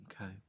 Okay